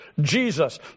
Jesus